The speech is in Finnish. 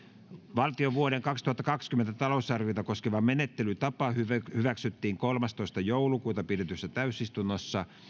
valtion vuoden kaksituhattakaksikymmentä talousarviota koskeva menettelytapa hyväksyttiin kolmastoista kahdettatoista kaksituhattayhdeksäntoista pidetyssä täysistunnossa